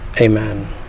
Amen